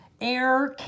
air